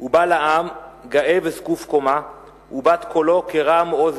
"הוא בא לעם, גאה וזקוף קומה,/ ובת-קולו כרעם עז